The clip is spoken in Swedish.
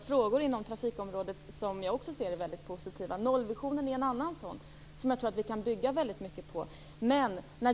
Fru talman!